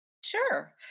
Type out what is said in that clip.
Sure